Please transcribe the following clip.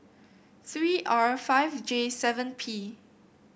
three R five J seven P